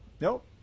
Nope